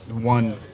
one